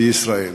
בישראל.